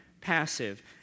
passive